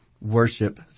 worship